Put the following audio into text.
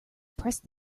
pressed